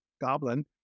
goblin